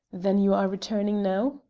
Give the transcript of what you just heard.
then you are returning now?